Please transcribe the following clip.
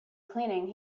cleaning